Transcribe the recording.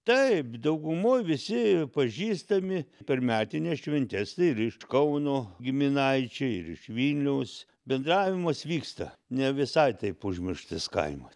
taip daugumoj visi pažįstami per metines šventes tai ir iš kauno giminaičiai ir iš vilniaus bendravimas vyksta ne visai taip užmirštas kaimas